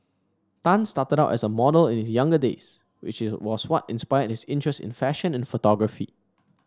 Tan started out as a model in his younger days which is was what inspired his interest in fashion and photography